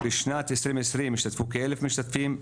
בשנת 2020 השתתפו כאלף משתתפים.